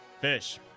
Fish